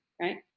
right